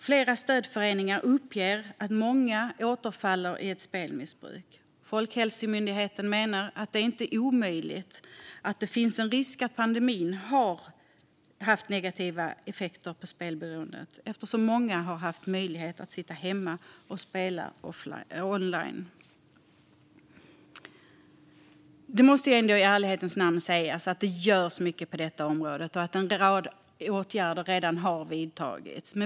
Flera stödföreningar uppger att många återfaller i ett spelmissbruk, och Folkhälsomyndigheten menar att det finns en risk att pandemin har haft negativa effekter på spelberoendet eftersom många har haft möjlighet att sitta hemma och spela online. Det måste i ärlighetens namn ändå sägas att det görs mycket på detta område och att en rad åtgärder redan har vidtagits.